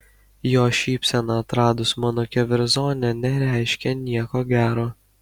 jo šypsena atradus mano keverzonę nereiškė nieko gero